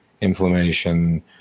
inflammation